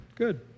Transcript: good